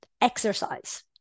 exercise